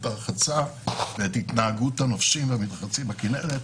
קנס), התשפ"א-2021, איגוד ערים כינרת.